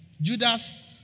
Judas